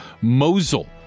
mosul